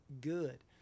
good